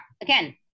again